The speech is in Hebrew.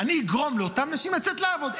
אני אגרום לאותם אנשים לצאת לעבוד.